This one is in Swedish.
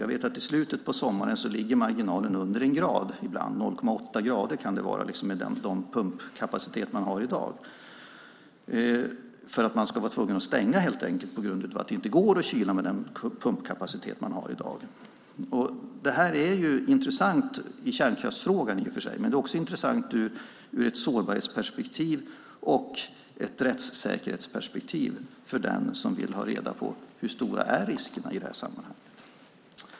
Jag vet att i slutet av sommaren är marginalen ibland under 1 grad - 0,8 grader kan det vara - med den pumpkapacitet man i dag har för att man helt enkelt måste stänga på grund av att det inte går att kyla med den pumpkapacitet som i dag finns. Det här är intressant i kärnkraftsfrågan i sig men också i ett sårbarhetsperspektiv och ett rättssäkerhetsperspektiv för den som vill ha reda på hur stora riskerna är i det här sammanhanget.